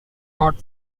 art